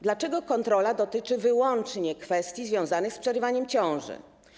Dlaczego kontrola dotyczy wyłącznie kwestii związanych z przerywaniem ciąży?